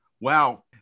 Wow